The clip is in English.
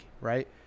right